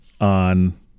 on